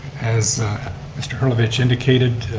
as mr. herlovich indicated,